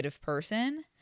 person